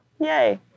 yay